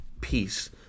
peace